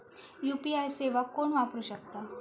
UPI सेवा कोण वापरू शकता?